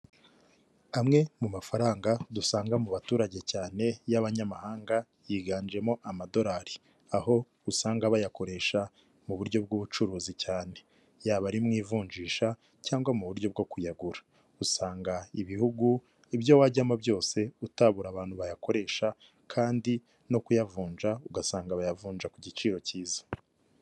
Amwe mu mafaranga dusanga mu baturage cyane y'abanyamahanga yiganjemo amadolari, aho usanga bayakoresha mu buryo bw'ubucuruzi cyane, yaba ari mu ivunjisha cyangwa mu buryo bwo kuyagura usanga ibihugu ibyo wajyamo byose utabura abantu bayakoresha, kandi no kuyavunja ugasanga bayavunja ku giciro cyiza.